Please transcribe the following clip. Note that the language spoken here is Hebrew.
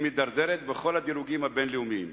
והיא מידרדרת בכל הדירוגים הבין-לאומיים.